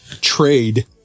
trade